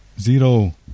zero